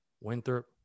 Winthrop